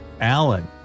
Alan